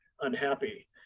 unhappy